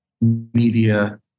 media